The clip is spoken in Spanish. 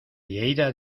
lleida